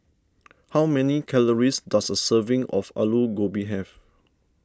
how many calories does a serving of Aloo Gobi have